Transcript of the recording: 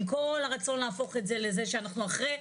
עם כל הרצון להפוך את זה לזה שאנחנו אחרי,